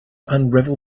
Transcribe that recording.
unravel